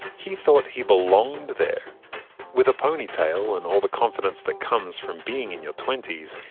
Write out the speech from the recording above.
he thought he belonged there with a ponytail and all the confidence that comes from being in your twenties,